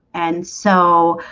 and so